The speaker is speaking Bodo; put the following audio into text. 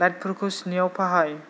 लाइटफोरखौ स्निआव फाहाय